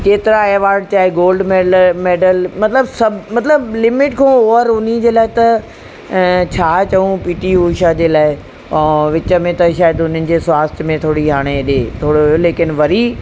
केतिरा अवार्ड चाहे गोल्ड मेल मेडल मतिलबु सभु मतिलबु लिमिट खां ओवर उन्ही जे लाइ त छा चऊं पी टी उषा जे लाइ और विच में त शायदि उन्हनि जे स्वास्थ्य में थोरी हाणे हेॾे थोरो हो लेकिन वरी